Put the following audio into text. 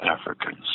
Africans